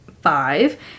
five